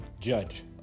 Judge